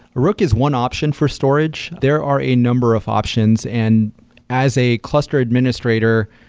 rook is one option for storage. there are a number of options, and as a cluster administrator,